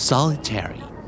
Solitary